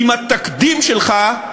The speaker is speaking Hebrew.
עם התקדים שלך,